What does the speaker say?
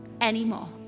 anymore